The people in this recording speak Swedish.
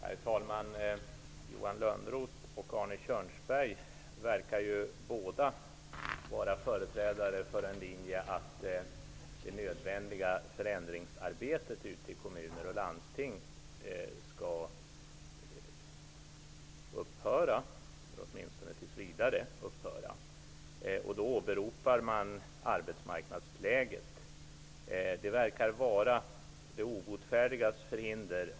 Herr talman! Johan Lönnroth och Arne Kjörnsberg verkar båda vara företrädare för linjen att det nödvändiga förändringsarbetet ute i kommuner och landsting åtminstone tills vidare skall upphöra. De åberopar arbetsmarknadsläget. Det verkar vara de obotfärdigas förhinder.